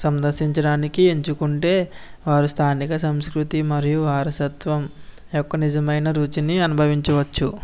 సందర్శించడానికి ఎంచుకుంటే వారి స్థానిక సంస్కృతి మరియు వారసత్వం యొక్క నిజమైన రుచిని అనుభవించవచ్చు